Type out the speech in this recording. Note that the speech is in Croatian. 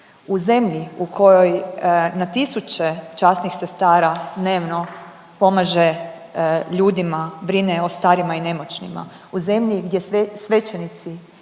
U zemlji u kojoj na tisuće časnih sestara dnevno pomaže ljudima, brine o starima i nemoćnima, u zemlji gdje svećenici